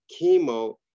chemo